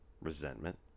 resentment